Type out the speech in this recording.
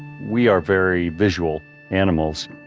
we are very visual animals,